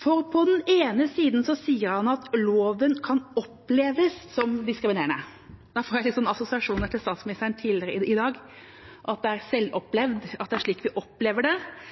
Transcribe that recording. For på den ene siden sier han at loven kan oppleves som diskriminerende – da får jeg assosiasjoner til statsministeren tidligere i dag, at det er selvopplevd, at det er slik vi opplever det